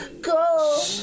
Go